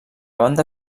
banda